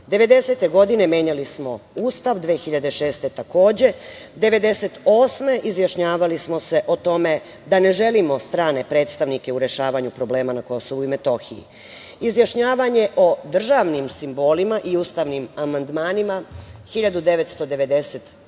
1990. godine menjali smo Ustav, 2006. godine takođe, 1998. godine izjašnjavali smo se o tome da ne želimo strane predstavnike u rešavanju problema na Kosovu i Metohiji. Izjašnjavanje o državnim simbolima i ustavnim amandmanima 1992.